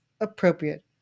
appropriate